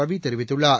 ரவி தெரிவித்துள்ளார்